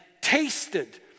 tasted